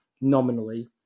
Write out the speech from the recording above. nominally